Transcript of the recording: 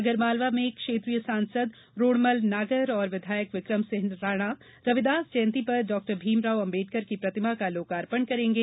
आगरमालवा में क्षेत्रीय सांसद रोड़मल नागर और विधायक विक्रम सिंह राणा रविदास जयंती पर डाक्टर भीमराव अंबेडकर की प्रतिमा का लोकार्पण करेंगे